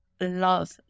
love